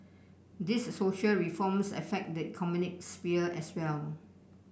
these social reforms affect the economic sphere as well